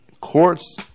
courts